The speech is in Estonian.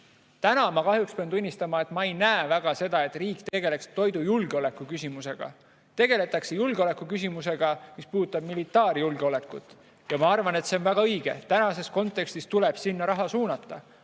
ma pean kahjuks tunnistama, et ma eriti ei näe, et riik tegeleks toidujulgeoleku küsimusega. Tegeldakse julgeolekuküsimusega, mis puudutab militaarjulgeolekut, ja ma arvan, et see on väga õige. Tänases kontekstis tulebki sinna raha suunata.